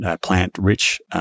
plant-rich